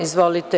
Izvolite.